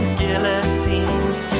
guillotines